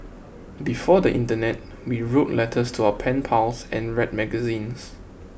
before the internet we wrote letters to our pen pals and read magazines